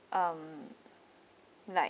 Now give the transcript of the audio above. um like